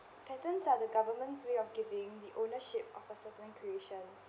patents are the government's way of giving the ownership of a certain creation